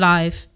Life